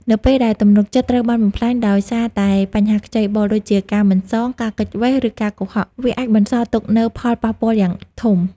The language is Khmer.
នៅពេលដែលទំនុកចិត្តត្រូវបានបំផ្លាញដោយសារតែបញ្ហាខ្ចីបុល (ដូចជាការមិនសង ការគេចវេះ ឬការកុហក) វាអាចបន្សល់ទុកនូវផលប៉ះពាល់យ៉ាងធំ។